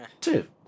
Two